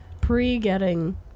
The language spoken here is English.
pre-getting